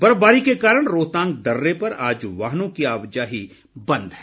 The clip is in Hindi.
बर्फबारी के कारण रोहतांग दर्रे पर आज वाहनों की आवाजाही बंद है